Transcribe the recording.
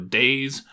days